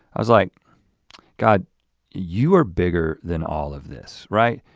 i was like god you are bigger than all of this right.